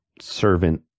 servant